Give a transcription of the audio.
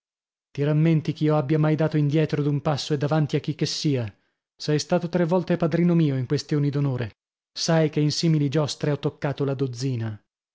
ti rammenti ch'io abbia mai dato indietro d'un passo e davanti a chicchessia sei stato tre volte padrino mio in questioni d'onore sai che in simili giostre ho toccata la dozzina